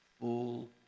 full